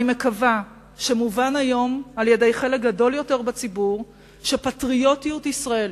אני מקווה שמובן היום בחלק גדול יותר מהציבור שפטריוטיות ישראלית,